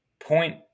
Point